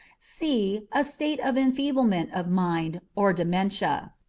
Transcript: c. a state of enfeeblement of mind, or dementia.